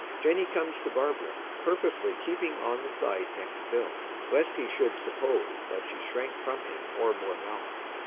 jenny comes to barbara, purposely keeping on the side next bill, lest he should suppose that she shrank from him or bore malice.